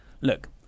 Look